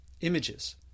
images